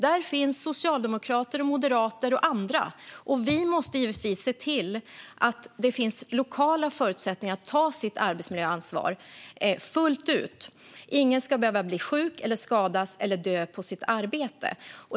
Där finns socialdemokrater, moderater och andra, och vi måste givetvis se till att det finns lokala förutsättningar att ta sitt arbetsmiljöansvar fullt ut. Ingen ska behöva bli sjuk, skadas eller dö på arbetet.